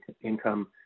income